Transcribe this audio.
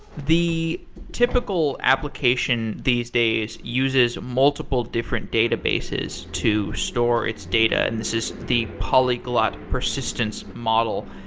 the typical application these days uses multiple different databases to store its data and this is the polyglot persistence model.